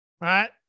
right